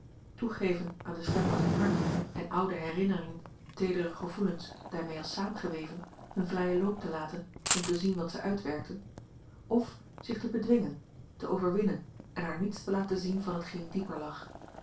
toegeven aan de stem van zijn hart en oude herinneringen teedere gevoelens daarmee als saamgeweven hun vrijen loop te laten om te zien wat zij uitwerkten of zich te bedwingen te overwinnen en haar niets te laten zien van hetgeen dieper lag